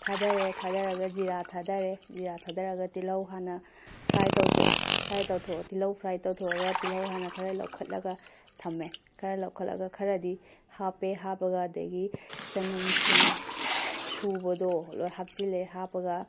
ꯊꯥꯗꯔꯦ ꯊꯥꯗꯔꯒ ꯖꯤꯔꯥ ꯊꯥꯗꯔꯦ ꯖꯤꯔꯥ ꯊꯥꯗꯔꯒ ꯇꯤꯜꯍꯧ ꯍꯥꯟꯅ ꯐ꯭ꯔꯥꯏ ꯇꯧꯊꯣꯛꯑꯦ ꯐ꯭ꯔꯥꯏ ꯇꯧꯊꯣꯛꯑꯒ ꯇꯤꯜꯍꯧ ꯐ꯭ꯔꯥꯏ ꯇꯧꯊꯣꯛꯑꯒ ꯇꯤꯜꯍꯧ ꯍꯥꯟꯅ ꯈꯔ ꯂꯧꯈꯠꯂꯒ ꯊꯝꯃꯦ ꯈꯔ ꯂꯧꯈꯠꯂꯒ ꯈꯔꯗꯤ ꯍꯥꯞꯄꯦ ꯍꯥꯞꯄꯒ ꯑꯗꯩꯒꯤ ꯆꯅꯝ ꯁꯤꯡ ꯁꯨꯕꯗꯣ ꯂꯣꯏ ꯍꯥꯞꯆꯤꯜꯂꯦ ꯍꯥꯞꯄꯒ